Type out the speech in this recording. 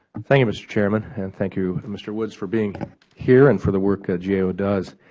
thank you, mr. chairman, and thank you, mr woods, for being here and for the work that gao does.